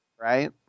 right